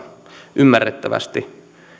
ymmärrettävästi